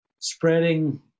spreading